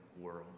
world